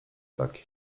taki